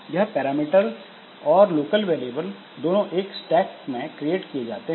यह पैरामीटर और local variable दोनों एक स्टैक में क्रिएट किए जाते हैं